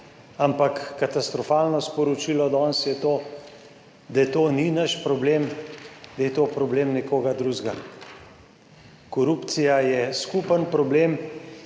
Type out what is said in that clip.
ampak katastrofalno sporočilo danes je to, da to ni naš problem, da je to problem nekoga drugega. Korupcija je skupen problem,